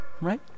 right